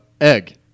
egg